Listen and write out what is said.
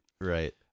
Right